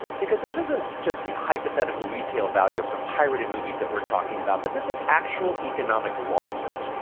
because this isn't just the hypothetical retail value of some pirated movies that we're talking about, but this is actual economic losses.